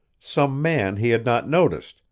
some man he had not noticed,